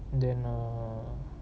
then uh